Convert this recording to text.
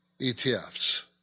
ETFs